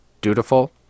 Dutiful